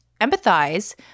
empathize